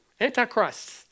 Antichrist